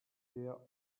der